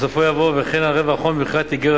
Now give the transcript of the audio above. בסופו יבוא: "וכן על רווח הון במכירת איגרת